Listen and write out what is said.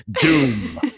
doom